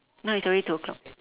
now it's already two o'clock